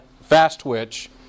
fast-twitch